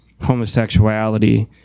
homosexuality